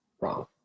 wrong